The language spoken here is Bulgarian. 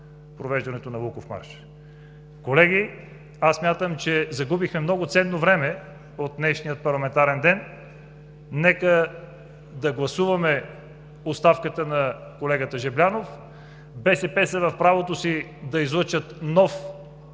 парламентарната трибуна. Колеги, смятам, че загубихме много ценно време от днешния парламентарен ден. Нека да гласуваме оставката на колегата Жаблянов. БСП са в правото си да излъчат нов